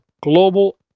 global